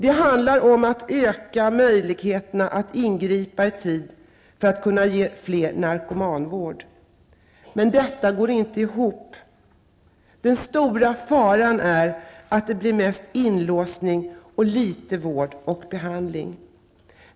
Det handlar om att öka möjligheterna att ingripa i tid för att kunna ge fler narkomanvård.'' Men detta går inte ihop. Den stora faran är att det blir mest inlåsning och litet vård och behandling.